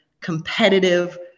competitive